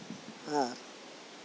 ᱟᱨ